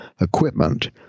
equipment